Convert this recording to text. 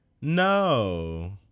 No